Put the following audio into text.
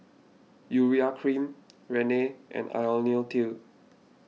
Urea Cream Rene and Ionil T